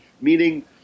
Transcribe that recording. Meaning